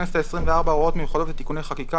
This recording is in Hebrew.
"הצעת חוק הבחירות לכנסת העשרים וארבע (הוראות מיוחדות ותיקוני חקיקה),